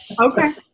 Okay